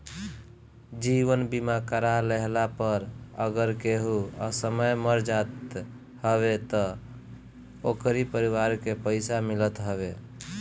जीवन बीमा करा लेहला पअ अगर केहू असमय मर जात हवे तअ ओकरी परिवार के पइसा मिलत हवे